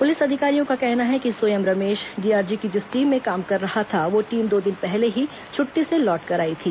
police अधिकारियों का कहना है कि सोयम रमेश डीआरजी की जिस टीम में काम कर रहा था वह टीम दो दिन पहले ही छटटी से लौटकर आई थी